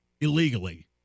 illegally